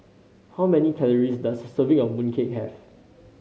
how many calories does a serving of mooncake have